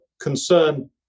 concern